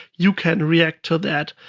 you can react to that.